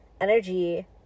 energy